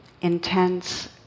intense